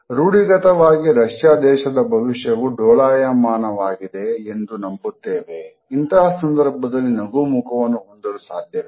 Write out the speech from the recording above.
ರೂಢಿಗತವಾಗಿ Russia ದೇಶದ ಭವಿಷ್ಯವು ಡೋಲಾಯಮಾನವಾಗಿದೆ ಎಂದು ನಂಬುತ್ತೇವೆ ಇಂತಹ ಸಂದರ್ಭದಲ್ಲಿ ನಗು ಮುಖವನ್ನು ಹೊಂದಲು ಸಾಧ್ಯವೇ